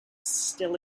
still